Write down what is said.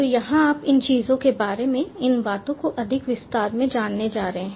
तो यहां आप इन चीजों के बारे में इन बातों को अधिक विस्तार से जानने जा रहे हैं